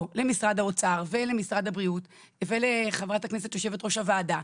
למשרד האוצר ולמשרד הבריאות ולחברת הכנסת יושבת ראש הוועדה,